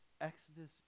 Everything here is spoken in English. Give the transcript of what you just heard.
Exodus